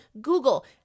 Google